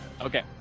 Okay